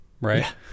right